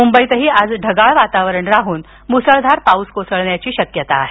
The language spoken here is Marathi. मुंबईतही आज ढगाळ वातावरण राहून मुसळधार पाऊस कोसळण्याची शक्यता आहे